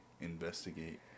investigate